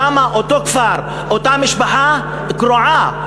שם, אותו כפר, אותה משפחה, קרועה.